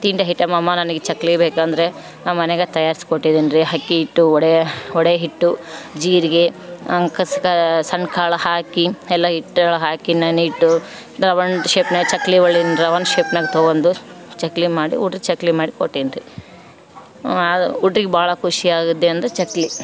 ತಿಂಡಿ ಹೈಟಮ್ ಅಮ್ಮ ನನಗೆ ಚಕ್ಲಿ ಬೇಕೆಂದ್ರೆ ನಾ ಮನೆಗೆ ತಯಾರ್ಸಿ ಕೊಟ್ಟಿದ್ದೀನಿ ರೀ ಅಕ್ಕಿ ಹಿಟ್ಟು ವಡೆ ವಡೆ ಹಿಟ್ಟು ಜೀರಿಗೆ ಅಂಕಸ್ಕ ಸಣ್ಣ ಕಾಳು ಹಾಕಿ ಎಲ್ಲ ಹಿಟ್ಟು ಒಳಗೆ ಹಾಕಿ ನೆನೆಯಿಟ್ಟು ರವನ್ಡ್ ಶೇಪ್ನ್ಯಾಗೆ ಚಕ್ಲಿ ಒಳ್ಳಿನ ರವನ್ಡ್ ಶೇಪ್ನ್ಯಾಗೆ ತೊಗೊಂಡು ಚಕ್ಲಿ ಮಾಡಿ ಉಡ್ರು ಚಕ್ಲಿ ಮಾಡಿ ಕೊಟ್ಟೀನ್ರಿ ಅದು ಉಡ್ರಿಗೆ ಭಾಳ ಖುಷಿ ಆಗಿದೆ ಅಂದರೆ ಚಕ್ಲಿ